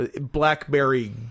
blackberry